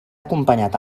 acompanyat